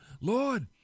Lord